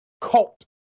cult